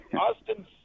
Austin